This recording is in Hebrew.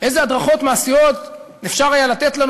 איזה הדרכות מעשיות היה אפשר לתת לנו?